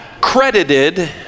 credited